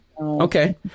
Okay